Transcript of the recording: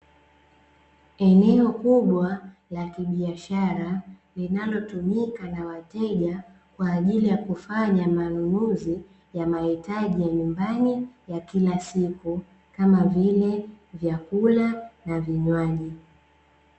Eneo kubwa la kibiashara linalotumika na wateja, kwa ajili ya kufanya manunuzi ya mahitaji ya nyumbani ya kila siku kama vile: vyakula na vinywaji.